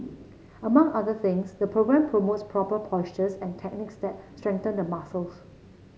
among other things the programme promotes proper postures and techniques that strengthen the muscles